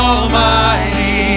Almighty